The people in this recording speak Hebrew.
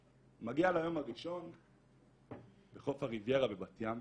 אני מגיע ליום הראשון בחוף הריביירה בבת ים,